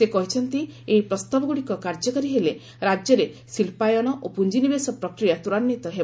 ସେ କହିଛନ୍ତି ଏହି ପ୍ରସ୍ତାବଗୁଡ଼ିକ କାର୍ଯ୍ୟକାରୀ ହେଲେ ରାଜ୍ୟରେ ଶିଳ୍ପାୟନ ଓ ପୁଞ୍ଜିନିବେଶ ପ୍ରକ୍ରିୟା ତ୍ୱରାନ୍ୱିତ ହେବ